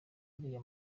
ariya